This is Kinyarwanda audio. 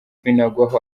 binagwaho